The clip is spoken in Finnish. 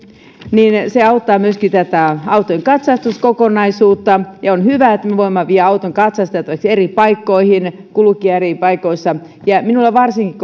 niin se auttaa myöskin tätä autojen katsastuskokonaisuutta on hyvä että me voimme viedä auton katsastettavaksi eri paikkoihin kulkea eri paikoissa varsinkin